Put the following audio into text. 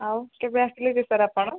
ଆଉ କେବେ ଆସିଲେ କି ସାର୍ ଆପଣ